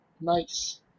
Nice